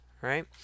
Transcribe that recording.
right